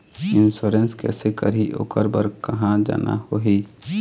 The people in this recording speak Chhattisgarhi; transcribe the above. इंश्योरेंस कैसे करही, ओकर बर कहा जाना होही?